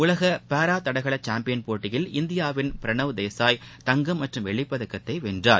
உலக பாரா தடகள சாம்பியன் போட்டியில் இந்தியாவின் பிரணாவ் தேசாய் தங்கம் மற்றும் வெள்ளிப்பதக்கத்தை வென்றார்